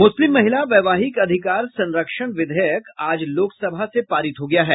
मुस्लिम महिला वैवाहिक अधिकार संरक्षण विधेयक आज लोकसभा से पारित हो गया है